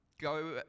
go